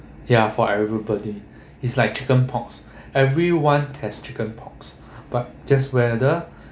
ya for everybody is like chicken pox everyone has chicken pox but just whether